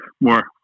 more